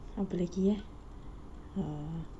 apa lagi eh err